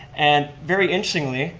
and very interestingly,